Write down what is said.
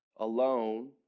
alone